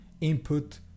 input